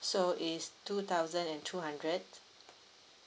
so is two thousand and two hundred